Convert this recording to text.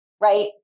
Right